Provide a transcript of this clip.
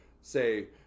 say